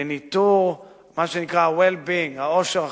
לניטור מה שנקרא well-being, האושר החברתי,